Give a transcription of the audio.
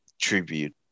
tribute